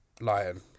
lion